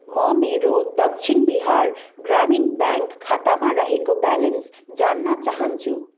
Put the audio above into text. म मेरो दक्षिण बिहार ग्रामीण ब्याङ्क खातामा रहेको ब्यालेन्स जान्न चाहन्छु